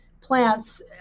plants